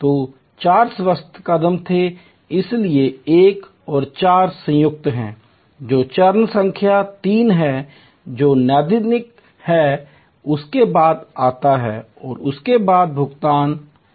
तो 4 स्वच्छता कदम थे इसलिए 1 और 4 संयुक्त हैं जो चरण संख्या 3 है जो नैदानिक है उसके बाद आता है और उसके बाद भुगतान आता है